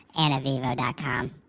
anavivo.com